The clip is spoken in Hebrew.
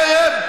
בערב,